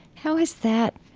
how is that?